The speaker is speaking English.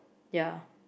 ya